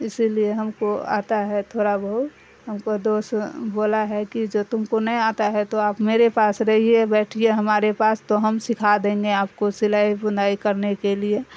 اسی لیے ہم کو آتا ہے تھوڑا بہت ہم کو دوست بولا ہے کہ جو تم کو نہیں آتا ہے تو آپ میرے پاس رہیے بیٹھیے ہمارے پاس تو ہم سکھا دیں گے آپ کو سلائی بنائی کرنے کے لیے